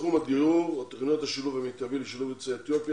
בתחום הדיור - בתוכנית השילוב המיטבי לשילוב יוצאי אתיופיה,